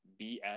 BS